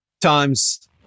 times